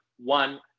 one